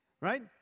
Right